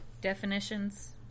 Definitions